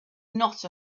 not